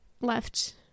left